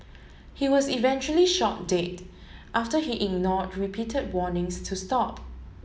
he was eventually shot dead after he ignored repeated warnings to stop